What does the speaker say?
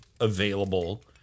available